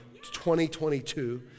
2022